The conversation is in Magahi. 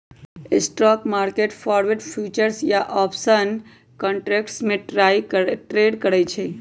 स्टॉक मार्केट फॉरवर्ड, फ्यूचर्स या आपशन कंट्रैट्स में ट्रेड करई छई